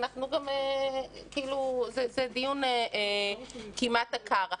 זה דיון כמעט עקר.